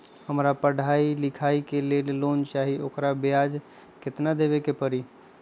हमरा पढ़ाई के लेल लोन चाहि, ओकर ब्याज केतना दबे के परी?